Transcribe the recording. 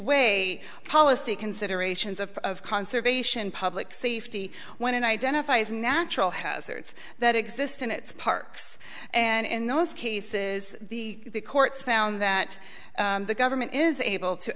weigh policy considerations of conservation public safety when it identifies natural hazards that exist in its parks and in those cases the courts found that the government is able to